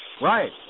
Right